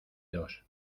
dos